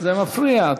זה מפריע.